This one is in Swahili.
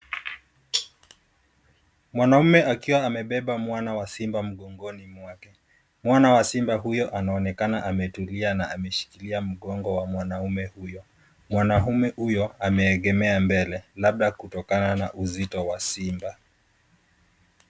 Mwanamume akiwa amebeba mwana wa simba mgongoni mwake. Mwana wa simba huyo anaonekana ametulia na ameshikilia mgongo wa mwanamume huyo. Mwanamume huyo ameegemea mbele labda kutokana na uzito wa simba.